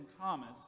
Thomas